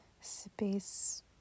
space